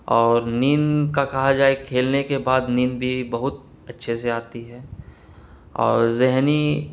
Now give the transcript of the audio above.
اور نیند کا کہا جائے کھیلنے کے بعد نیند بھی بہت اچھے سے آتی ہے اور ذہنی